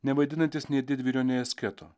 nevaidinantis nei didvyrio nei asketo